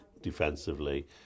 defensively